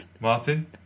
Martin